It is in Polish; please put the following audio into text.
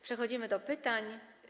Przechodzimy do pytań.